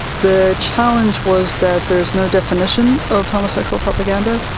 the challenge was that there is no definition of homosexual propaganda,